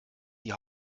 die